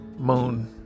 Moon